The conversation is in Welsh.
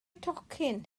tocyn